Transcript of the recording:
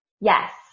Yes